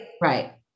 Right